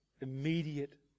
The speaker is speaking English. immediate